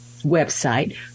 website